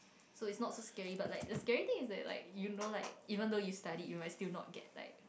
so it's not so scary but like the scary thing is that like you know like even though you study you might still not get like